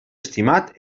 estimat